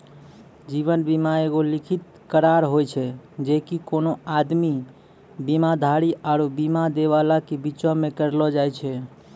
जीवन बीमा एगो लिखित करार होय छै जे कि कोनो आदमी, बीमाधारी आरु बीमा दै बाला के बीचो मे करलो जाय छै